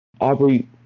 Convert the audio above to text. Aubrey